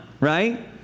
right